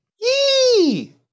Yee